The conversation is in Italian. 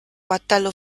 battello